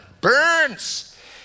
burns